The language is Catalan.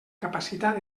capacitat